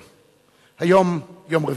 היום יום רביעי,